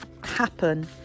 happen